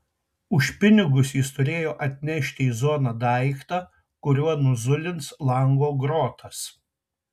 už pinigus jis turėjo atnešti į zoną daiktą kuriuo nuzulins lango grotas